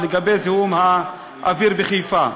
לגבי זיהום האוויר בחיפה.